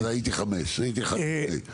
אז הייתי 5, הייתי אחד לפני.